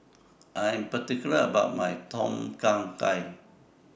I Am particular about My Tom Kha Gai